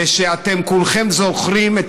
ואתם כולכם זוכרים את